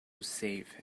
safe